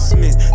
Smith